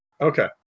okay